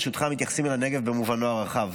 אנחנו, ברשותך, מתייחסים לנגב במובנו הרחב,